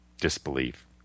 disbelief